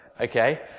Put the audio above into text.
okay